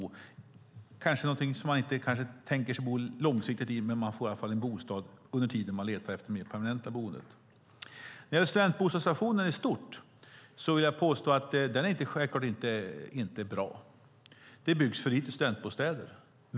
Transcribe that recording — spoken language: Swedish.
Det kanske inte är en bostad som man tänker sig att bo i långsiktigt, men man får i alla fall en bostad medan man letar efter det mer permanenta boendet. När det gäller studentbostadssituationen i stort vill jag påstå att den självklart inte är bra. Det byggs för lite studentbostäder.